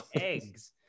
Eggs